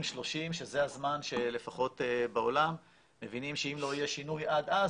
שזה הזמן שלפחות בעולם מבינים שאם לא יהיה שינוי עד אז,